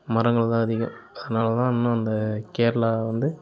மரங்கள் தான் அதிகம் அதனால தான் இன்னும் அந்த கேரளா வந்து